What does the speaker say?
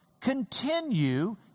continue